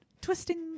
Twisting